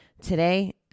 Today